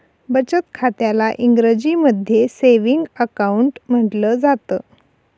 बचत खात्याला इंग्रजीमध्ये सेविंग अकाउंट म्हटलं जातं